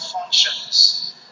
functions